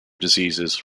diseases